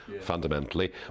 fundamentally